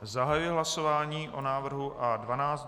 Zahajuji hlasování o návrhu A12.